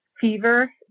Fever